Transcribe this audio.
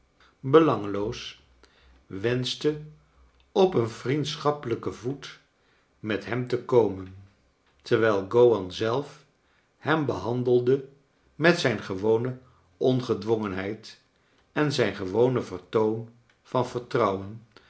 belangeloos wenschte op een vriendschappelijken voet met hem te komen terwijl gowan zelf hem behandelde met zijn gewone ongedwongenheid en zijn gewone vertoon van vertrouwen